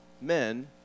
men